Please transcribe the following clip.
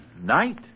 Night